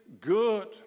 good